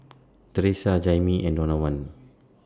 Teressa Jaimee and Donavan